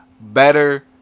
better